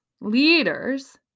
leaders